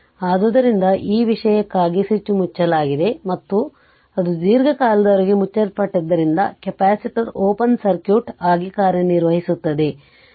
ಆದ್ದರಿಂದ ಈ ವಿಷಯಕ್ಕಾಗಿ ಸ್ವಿಚ್ ಮುಚ್ಚಲಾಗಿದೆ ಮತ್ತು ಅದು ದೀರ್ಘಕಾಲದವರೆಗೆ ಮುಚ್ಚಲ್ಪಟ್ಟಿದ್ದರಿಂದ ಕೆಪಾಸಿಟರ್ ಓಪನ್ ಸರ್ಕ್ಯೂಟ್ ಆಗಿ ಕಾರ್ಯನಿರ್ವಹಿಸುತ್ತದೆ